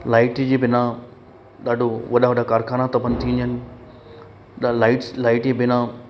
light जे बिना ॾाढो वॾा वॾा करख़ाना था बंदि थी वञनि लाइट्स लाइट जे बिना